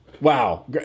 Wow